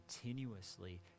continuously